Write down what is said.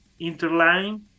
Interline